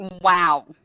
Wow